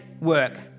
work